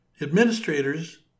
administrators